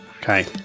Okay